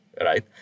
right